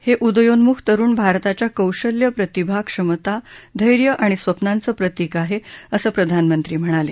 हे उदयोन्मुख तरुण भारताच्या कौशल्य प्रतिभा क्षमता धैर्य आणि स्वप्नांचं प्रतिक आहे असं प्रधानमंत्री म्हणाले